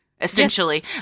essentially